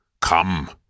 Come